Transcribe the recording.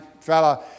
fella